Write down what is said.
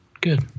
Good